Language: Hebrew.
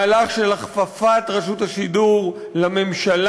מהלך של הכפפת רשות השידור לממשלה.